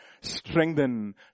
strengthen